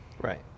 Right